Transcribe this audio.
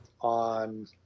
on